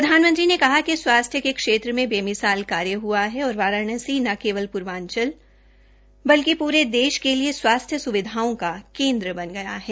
प्रधानमंत्री ने कहा कि स्वास्थ्रू के क्षेत्र में बेमिसाल कार्य हुआ है और वाराणसी न केवल पूर्वाचल बल्कि पूरे देश के लिए स्वास्थ्य सुविधाओं का केन्द्र बन गया है